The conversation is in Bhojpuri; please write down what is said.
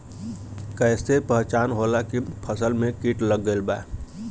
कैसे पहचान होला की फसल में कीट लग गईल बा?